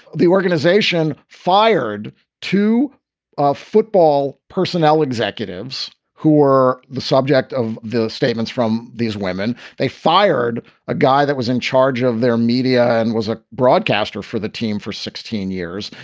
the organization fired two ah football personnel, executives who were the subject of the statements from these women. they fired a guy that was in charge of their media and was a broadcaster for the team for sixteen years.